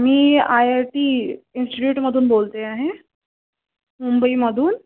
मी IIT इन्स्टिट्यूटमधून बोलते आहे मुंबईमधून